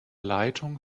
leitung